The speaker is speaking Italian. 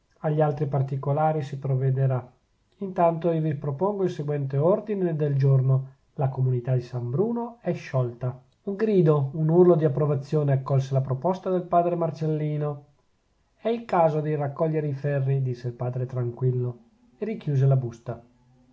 agli altri particolari si provvederà intanto io vi propongo il seguente ordine del giorno la comunità di san bruno è sciolta un grido un urlo di approvazione accolse la proposta del padre marcellino è il caso di raccogliere i ferri disse il padre tranquillo e richiuse la busta